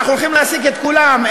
אנחנו הולכים להעסיק את כולם,